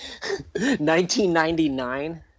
1999